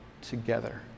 together